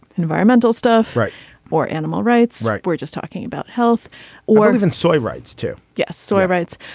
environmental stuff right or animal rights right. we're just talking about health or even soy rights too. yes soy rights.